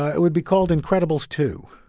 it would be called incredibles two.